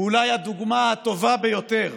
חבריי, הוא אולי הדוגמה הטובה ביותר